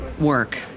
work